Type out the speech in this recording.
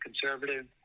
conservative